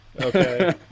Okay